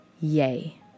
Yay